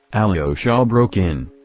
alyosha ah broke in.